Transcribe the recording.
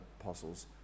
apostles